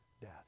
death